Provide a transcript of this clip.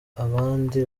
abandi